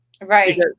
Right